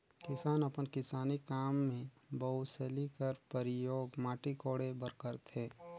किसान अपन किसानी काम मे बउसली कर परियोग माटी कोड़े बर करथे